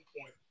point